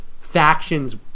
factions